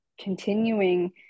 continuing